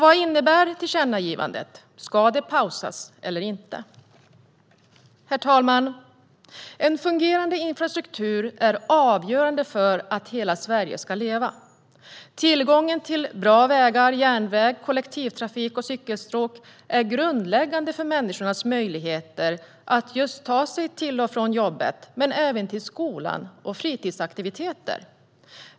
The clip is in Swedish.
Vad innebär tillkännagivandet - ska det pausas eller inte? Herr talman! En fungerande infrastruktur är avgörande för att hela Sverige ska leva. Tillgången till bra vägar, järnväg, kollektivtrafik och cykelstråk är grundläggande för människors möjlighet att ta sig till och från jobbet men även till skolan och fritidsaktiviteter.